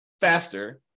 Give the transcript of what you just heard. faster